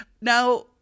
Now